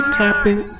tapping